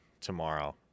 tomorrow